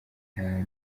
hano